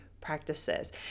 practices